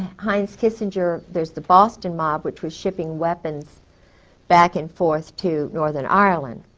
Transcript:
heinz kissinger, there's the boston mob which was shipping weapons back and forth to northern ireland.